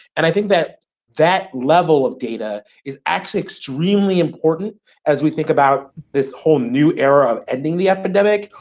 and i think that that level of data is actually extremely important as we think about this whole new era of ending the epidemic,